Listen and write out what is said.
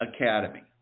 academy